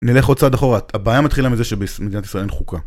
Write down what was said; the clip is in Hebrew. נלך עוד צעד אחורית, הבעיה מתחילה מזה שבמדינת ישראל אין חוקה